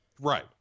right